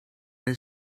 his